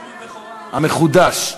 בכורה, המחודש.